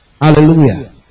Hallelujah